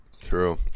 True